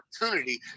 opportunity